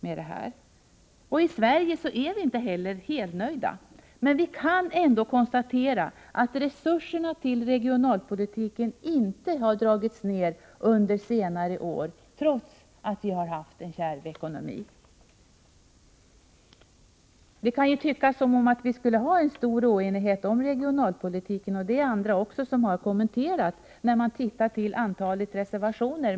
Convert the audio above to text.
I Sverige är vi inte heller helnöjda, men vi kan ändå konstatera att resurserna till regionalpolitiken inte dragits ner under senare år trots att vi haft en kärv ekonomi. Det kan synas som om det skulle råda stor oenighet om regionalpolitiken — en sak som även andra talare kommenterat — om man ser till antalet reservationer.